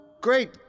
Great